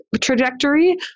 trajectory